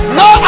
no